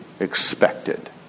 expected